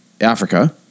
Africa